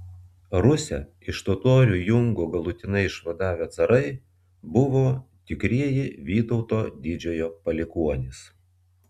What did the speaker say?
rusią iš totorių jungo galutinai išvadavę carai buvo tikrieji vytauto didžiojo palikuonys